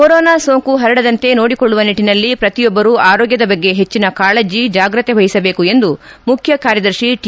corona ಸೋಂಕು ಹರಡದಂತೆ ನೋಡಿಕೊಳ್ಳುವ ನಿಟ್ಟನಲ್ಲಿ ಪ್ರತಿಯೊಬ್ಬರು ಆರೋಗ್ದದ ಬಗ್ಗೆ ಹೆಚ್ಚನ ಕಾಳಜ ಜಾಗ್ರತೆ ವಹಿಸಬೇಕು ಎಂದು ಮುಖ್ಯ ಕಾರ್ಯದರ್ಶಿ ಟಿ